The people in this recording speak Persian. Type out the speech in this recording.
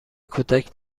کودک